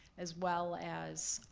as well as,